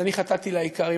אז אני חטאתי לעיקר.